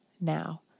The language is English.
now